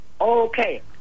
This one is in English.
Okay